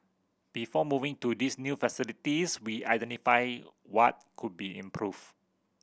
before moving to this new facilities we identified what could be improved